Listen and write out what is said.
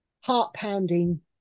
heart-pounding